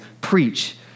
preach